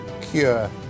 cure